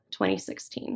2016